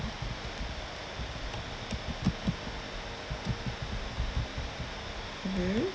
mmhmm